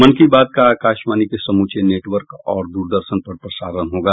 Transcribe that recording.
मन की बात का आकाशवाणी के समूचे नेटवर्क और द्रदर्शन पर प्रसारण होगा